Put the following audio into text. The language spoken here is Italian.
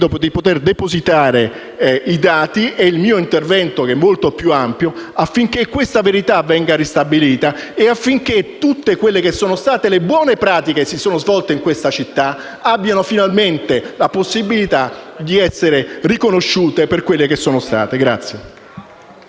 il testo integrale del mio intervento, che è molto più ampio, affinché questa verità venga ristabilita e affinché tutte quelle che sono state le buone pratiche che si sono svolte in questa città abbiano finalmente la possibilità di essere riconosciute per quelle che sono state.